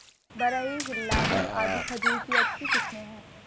Barhi, Hillawi आदि खजूर की अच्छी किस्मे हैं